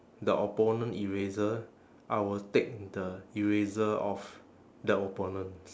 the opponent eraser I will take the eraser off the opponents